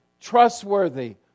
trustworthy